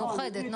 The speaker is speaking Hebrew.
מאוחדת,